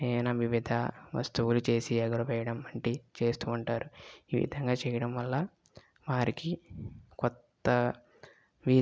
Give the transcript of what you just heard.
ఏమైనా వివిధ వస్తువులు చేసి ఎగరవెయ్యడం వంటి చేస్తుంటారు ఈ విధంగా చెయ్యడం వల్ల వారికి కొత్తవి